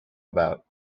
about